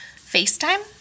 FaceTime